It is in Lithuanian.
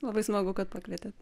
labai smagu kad pakvietėt